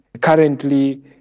currently